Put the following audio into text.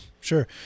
sure